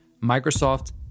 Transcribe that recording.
Microsoft